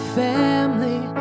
family